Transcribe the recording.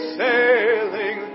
sailing